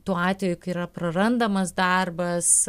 tuo atveju kai yra prarandamas darbas